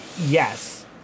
yes